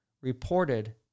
reported